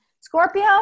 Scorpio